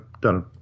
done –